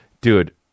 Dude